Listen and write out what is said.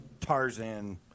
Tarzan